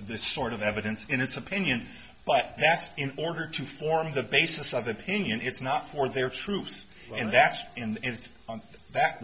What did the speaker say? this sort of evidence in its opinion but in order to form the basis of opinion it's not for their troops and